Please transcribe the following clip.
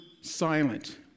silent